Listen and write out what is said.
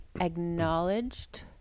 acknowledged